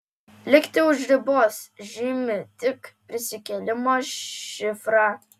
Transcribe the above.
likti už ribos žymi tik prisikėlimo šifrą